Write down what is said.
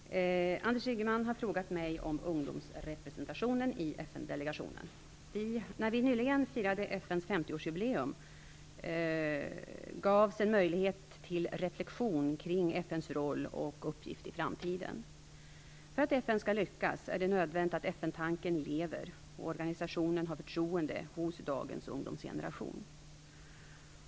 Fru talman! Anders Ygeman har frågat mig om ungdomsrepresentationen i FN-delegationen. När vi nyligen firade FN:s 50-årsjubileum gavs en möjlighet till reflexion kring FN:s roll och uppgift i framtiden. För att FN skall lyckas är det nödvändigt att FN-tanken lever och organisationen har förtroende hos dagens ungdomsgeneration.